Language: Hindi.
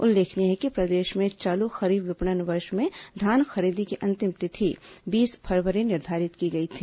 उल्लेखनीय है कि प्रदेश में चालू खरीफ विपणन वर्ष में धान खरीदी की अंतिम तिथि बीस फरवरी निर्धारित की गई थी